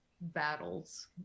battles